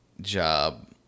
job